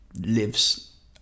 lives